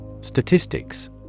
Statistics